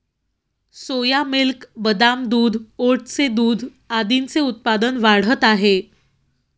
सोया milk, बदाम दूध, ओटचे दूध आदींचे उत्पादन वाढत आहे